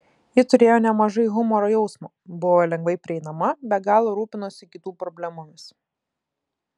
ji turėjo nemažai humoro jausmo buvo lengvai prieinama be galo rūpinosi kitų problemomis